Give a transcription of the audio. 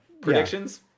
predictions